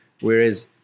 Whereas